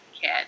kid